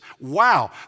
Wow